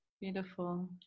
beautiful